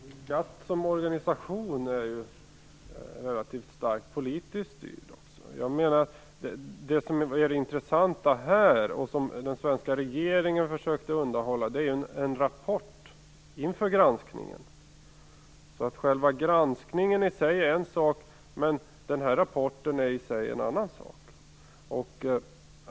Fru talman! GATT är ju som organisation också relativt starkt politiskt styrd. Det som jag menar är det intressanta här och som den svenska regeringen försökte undanhålla är en rapport inför granskningen. Själva granskningen är en sak, och rapporten är en annan sak.